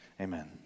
Amen